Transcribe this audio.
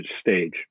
stage